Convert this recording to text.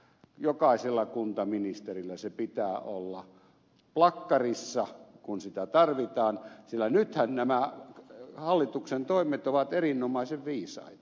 jokaisella kuntaministerillä pitää olla se plakkarissa kun sitä tarvitaan sillä nythän nämä hallituksen toimet ovat erinomaisen viisaita